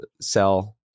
sell